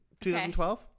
2012